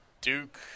Duke